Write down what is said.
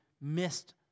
missed